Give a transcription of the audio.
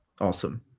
Awesome